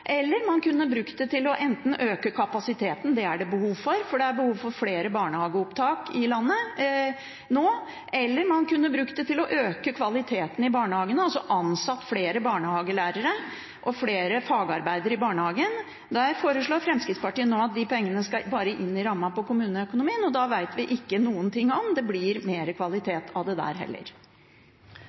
Eller man kunne brukt dem til enten å øke kapasiteten – det er det behov for, for det er behov for flere barnehageopptak i landet nå – eller man kunne brukt dem til å øke kvaliteten i barnehagene, altså ansatt flere barnehagelærere og flere fagarbeidere i barnehagen. Fremskrittspartiet foreslår nå at de pengene skal inn i rammen for kommuneøkonomien, og da vet vi ikke om det blir mer kvalitet av det der heller.